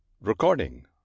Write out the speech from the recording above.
recording